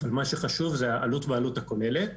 אבל מה שחשוב זה עלות בעלות הכוללת